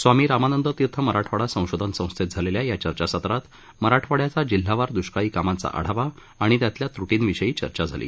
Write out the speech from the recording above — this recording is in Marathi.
स्वामी रामानंद तीर्थ मराठवाडा संशोधन संस्थेत झालेल्या या चर्चासत्रात मराठवाइयाचा जिल्हावार दुष्काळी कामांचा आढावा आणि त्यातल्याल त्र्टीविषयी चर्चा झाली